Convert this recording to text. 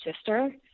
sister